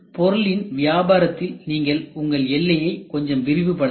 பொருளின் வியாபாரத்தில் நீங்கள் உங்கள் எல்லையை கொஞ்சம் விரிவுபடுத்தலாம்